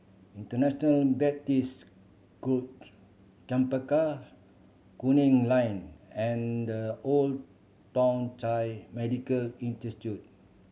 International Baptist Chempaka Kuning Line and The Old Thong Chai Medical